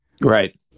right